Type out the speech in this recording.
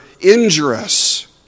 Injurious